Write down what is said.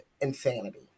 insanity